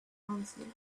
answered